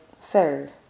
sir